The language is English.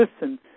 listen